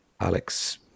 Alex